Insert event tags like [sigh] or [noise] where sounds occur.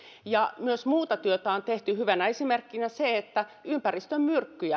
ja myös muuta työtä on tehty hyvänä esimerkkinä se että ympäristömyrkyt [unintelligible]